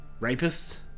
rapists